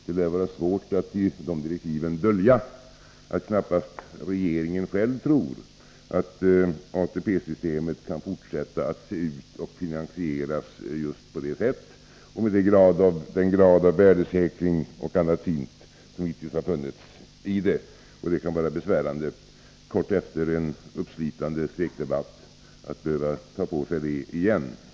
Det lär vara svårt att i de direktiven dölja att knappast regeringen själv tror att ATP-systemet kan fortsätta att se ut och finansieras på samma sätt som hittills — med den grad av värdesäkring och annat fint som det innehåller. Det kan vara besvärande att kort efter en uppslitande svekdebatt behöva ta på sig det igen.